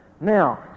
Now